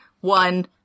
one